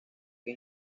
que